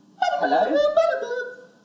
Hello